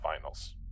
finals